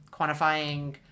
quantifying